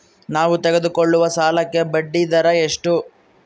ನಾವು ತೆಗೆದುಕೊಳ್ಳುವ ಸಾಲಕ್ಕೆ ಬಡ್ಡಿದರ ಎಷ್ಟು?